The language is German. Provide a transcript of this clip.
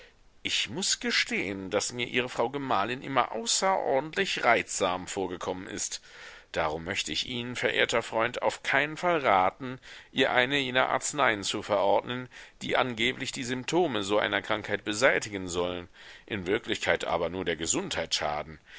ich muß gestehen daß mir ihre frau gemahlin immer außerordentlich reizsam vorgekommen ist darum möchte ich ihnen verehrter freund auf keinen fall raten ihr eine jener arzneien zu verordnen die angeblich die symptome so einer krankheit beseitigen sollen in wirklichkeit aber nur der gesundheit schaden